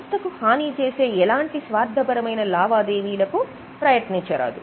సంస్థకు హానిచేసే ఎలాంటి స్వార్ధ పరమైన లావాదేవీలకు ప్రయత్నించరాదు